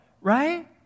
right